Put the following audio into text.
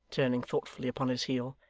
turning thoughtfully upon his heel.